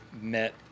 met